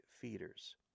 feeders